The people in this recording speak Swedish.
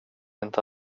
inte